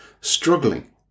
struggling